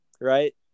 Right